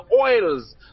oils